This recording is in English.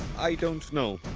i don't know.